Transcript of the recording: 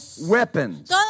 weapons